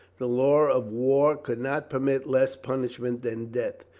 the law of war could not permit less punish ment than death.